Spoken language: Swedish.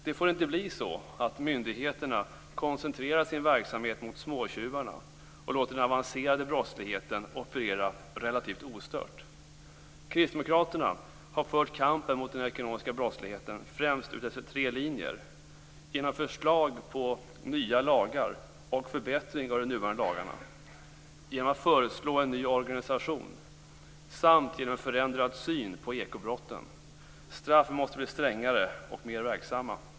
Det får inte bli så att myndigheterna koncentrerar sin verksamhet mot "småtjuvarna" och låter den avancerade brottsligheten operera relativt ostört. Kristdemokraterna har fört kampen mot den ekonomiska brottsligheten främst utefter tre linjer, nämligen genom förslag till nya lagar och förbättring av de nuvarande lagarna, genom förslag till en ny organisation samt genom en förändrad syn på ekobrotten - straffen måste bli strängare och mer verksamma.